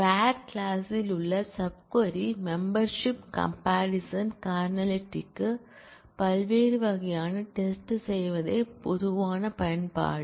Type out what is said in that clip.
வேர் clause ல் உள்ள sub query membership comparison கார்டினலிட்டிக்கு பல்வேறு வகையான டெஸ்ட் செய்வதே பொதுவான பயன்பாடு